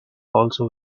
also